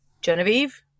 Genevieve